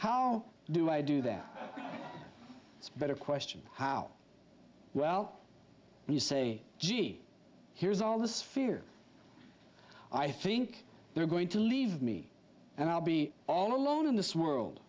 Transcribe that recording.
how do i do that it's better question how well and you say gee here's all this fear i think they're going to leave me and i'll be all alone in this world